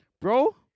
Bro